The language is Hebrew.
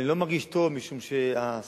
אני לא מרגיש טוב משום שהסחף,